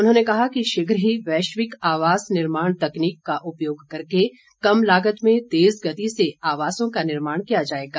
उन्होंने कहा कि शीघ्र ही वैश्विक आवास निर्माण तकनीक का उपयोग करके कम लागत में तेज गति से आवासों का निर्माण किया जाएगा